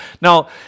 Now